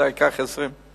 זה היה לוקח 20 שנה.